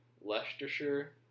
Leicestershire